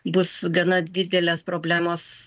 bus gana didelės problemos